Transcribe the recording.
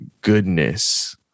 goodness